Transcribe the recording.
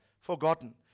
forgotten